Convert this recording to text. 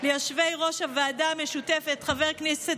ליושבי-ראש הוועדה המשותפת חבר הכנסת